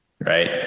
right